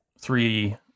three